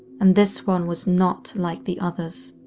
and this one was not like the others.